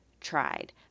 tried